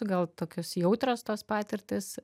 gal tokios jautrios tos patirtys